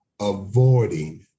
Avoiding